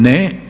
Ne.